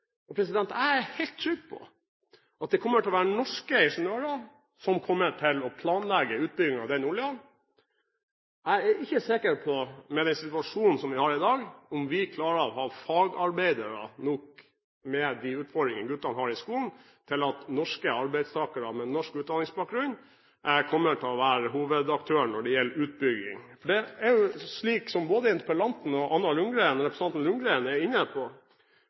og 2 600 millioner fat olje. Jeg har tro på at det kommer til å være norske ingeniører som kommer til å planlegge utvinningen av den oljen. Jeg er ikke sikker på, med den situasjonen vi har i dag, om vi klarer å ha fagarbeidere nok, med de utfordringene guttene har i skolen, til at norske arbeidstakere med norsk utdanningsbakgrunn kommer til å være hovedaktør når det gjelder utbygging. Som både interpellanten og representanten Ljunggren er